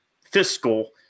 fiscal